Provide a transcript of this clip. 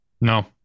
No